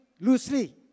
loosely